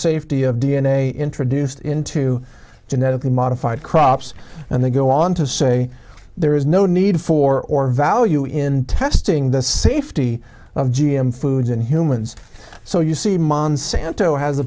safety of d n a introduced into genetically modified crops and they go on to say there is no need for or value in testing this safety of g m foods and humans so you see monsanto has